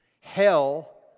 hell